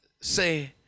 say